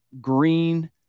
green